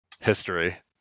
history